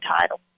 title